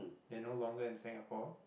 then no longer in Singapore